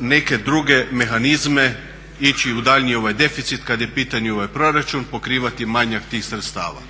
neke druge mehanizme ići u daljnji deficit kada je u pitanju ovaj proračun, pokrivati manjak tih sredstava.